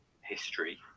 history